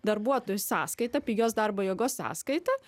darbuotojų sąskaita pigios darbo jėgos sąskaita